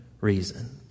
reason